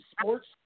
sports